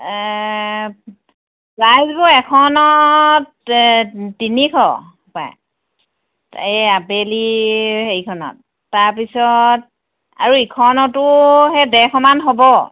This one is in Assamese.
এ প্ৰাইজবোৰ এখনত এ তিনিশ হ'বপাই এই আবেলিৰ হেৰিখনত তাৰপিছত আৰু ইখনতো সেই ডেৰশমান হ'ব